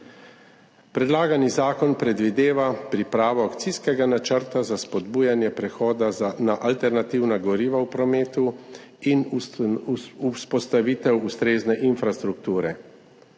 Predlagani zakon predvideva pripravo akcijskega načrta za spodbujanje prehoda na alternativna goriva v prometu in vzpostavitev ustrezne infrastrukture.